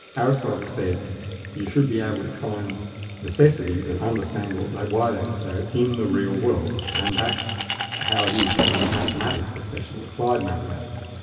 aristotle said you should be able to find necessities and understand why like why they were so in the real world, and that's how it is in mathematics especially applied mathematics.